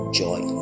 joy